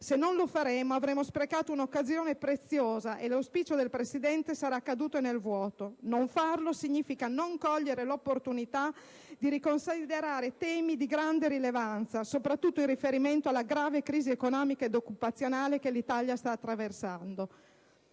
Se non lo faremo avremo sprecato un'occasione preziosa e l'auspicio del Presidente sarà caduto nel vuoto. Non farlo significa non cogliere l'opportunità di riconsiderare temi di grande rilevanza, soprattutto in riferimento alla grave crisi economica ed occupazionale che l'Italia sta attraversando.